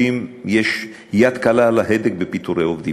יש יד קלה על ההדק בפיטורי עובדים.